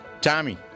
Tommy